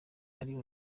ari